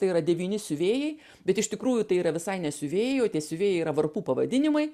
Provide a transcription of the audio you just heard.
tai yra devyni siuvėjai bet iš tikrųjų tai yra visai ne siuvėjai o tie siuvėjai yra varpų pavadinimai